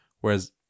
Whereas